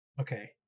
Okay